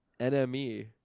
NME